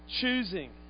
Choosing